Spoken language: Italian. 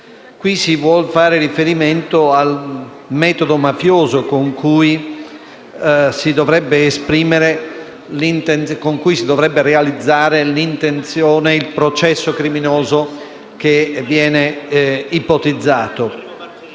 si fa riferimento al metodo mafioso con cui si dovrebbe realizzare il processo criminoso che viene ipotizzato,